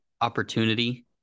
opportunity